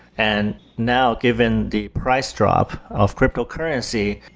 and now given the price drop of cryptocurrency,